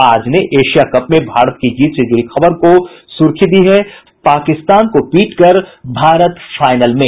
आज ने Asia Cup में भारत की जीत से जुड़ी खबर को सुर्खी दी है पाकिस्तान को पीटकर भारत फाइनल में